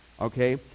okay